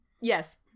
Yes